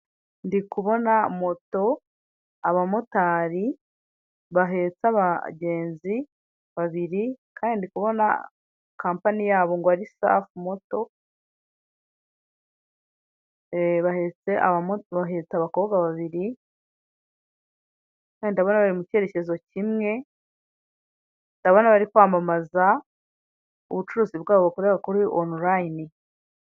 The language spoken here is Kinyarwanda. Ndi kubona moto, abamotari bahetse abagenzi babiri, kandi ndi kubona kampani yabo ngo ari safi moto. Bahetse abakobwa babiri, kandi ndabona bari mu cyerekezo kimwe. Ndabona bari kwamamaza ubucuruzi bwabo bukorera kuri onulayini.